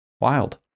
Wild